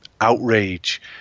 outrage